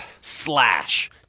Slash